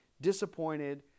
disappointed